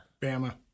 Bama